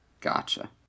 Gotcha